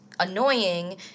annoying